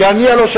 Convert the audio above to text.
כי הלוא אני,